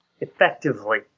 Effectively